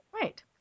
Right